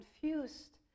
confused